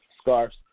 scarves